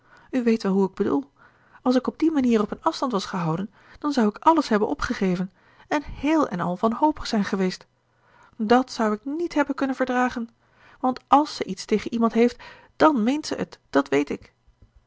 u weet wel hoe ik bedoel als ik op die manier op een afstand was gehouden dan zou ik alles hebben opgegeven en heel en al wanhopig zijn geweest dàt zou ik niet hebben kunnen verdragen want als zij iets tegen iemand heeft dàn meent zij het dat weet ik